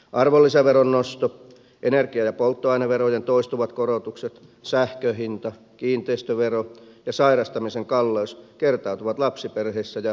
arvonlisäveron nosto energia ja polttoaineverojen toistuvat korotukset sähkön hinta kiinteistövero ja sairastamisen kalleus kertautuvat lapsiperheissä ja muilla pienituloisilla